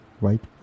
right